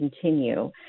continue